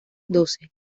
doce